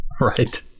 Right